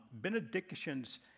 Benedictions